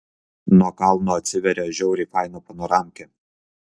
nuo kalno atsiveria žiauriai faina panoramkė